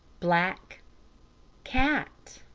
black cat!